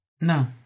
No